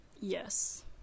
yes